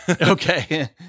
Okay